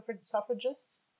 suffragists